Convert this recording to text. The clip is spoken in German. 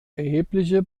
erhebliche